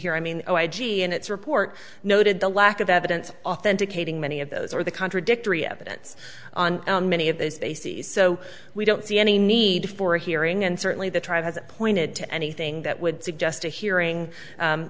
here i mean i g and its report noted the lack of evidence authenticating many of those are the contradictory evidence on many of those bases so we don't see any need for a hearing and certainly the trial has pointed to anything that would suggest a hearing